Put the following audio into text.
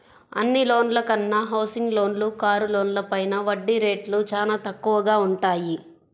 అన్ని లోన్ల కన్నా హౌసింగ్ లోన్లు, కారు లోన్లపైన వడ్డీ రేట్లు చానా తక్కువగా వుంటయ్యి